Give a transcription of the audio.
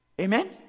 Amen